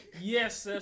Yes